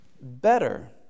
better